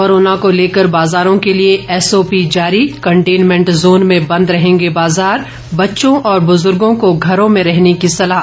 corona को लेकर बाजारों के लिए एसओपी जारी कंटेनमेंट जोन में बंद रहेंगे बाजार बच्चों और बुजुर्गों को घरों में रहने की सलाह